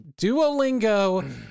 Duolingo